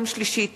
יום שלישי,